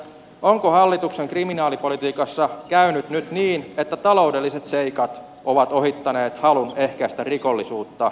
onko hallituksen kriminaalipolitiikassa käynyt nyt niin että taloudelliset seikat ovat ohittaneet halun ehkäistä rikollisuutta